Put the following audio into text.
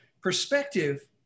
perspective